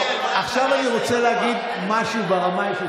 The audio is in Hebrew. עכשיו אני רוצה להגיד משהו ברמה האישית,